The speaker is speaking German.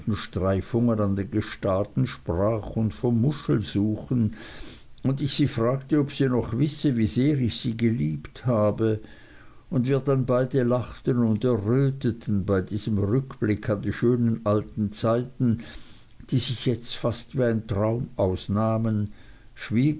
streifungen an den gestaden sprach und vom muschelsuchen und ich sie fragte ob sie noch wisse wie sehr ich sie geliebt habe und wir beide dann lachten und erröteten bei diesem rückblick an die schönen alten zeiten die sich jetzt fast wie ein traum ausnahmen schwieg